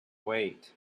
wait